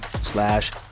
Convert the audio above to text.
slash